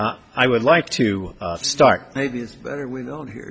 t i would like to start maybe it's better we don't hear